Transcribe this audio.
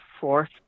fourth